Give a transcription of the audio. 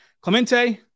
Clemente